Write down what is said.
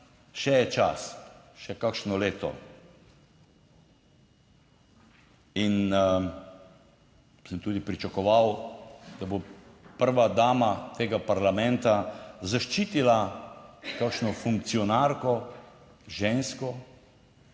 še je čas, še kakšno leto. In sem tudi pričakoval, da bo prva dama tega parlamenta zaščitila kakšno funkcionarko, žensko,